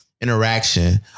interaction